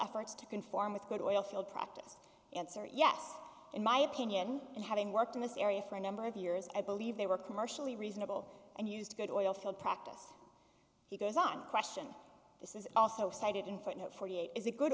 efforts to conform with good oilfield practice answer yes in my opinion and having worked in this area for a number of years i believe they were commercially reasonable and used good oilfield practice he goes on question this is also cited in footnote forty eight is a good